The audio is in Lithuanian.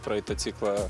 praeitą ciklą